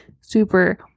super